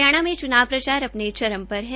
हरियाणा में चुनाव प्रचार अपने चरम पर है